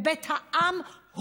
בבית העם,